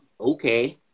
Okay